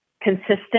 consistent